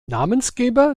namensgeber